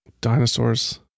Dinosaurs